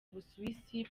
busuwisi